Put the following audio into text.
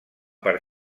per